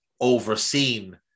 overseen